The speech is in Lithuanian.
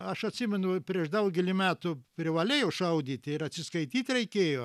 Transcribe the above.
aš atsimenu prieš daugelį metų privalėjo šaudyti ir atsiskaityt reikėjo